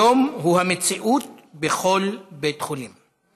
היום הוא המציאות בכל בית חולים.